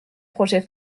projet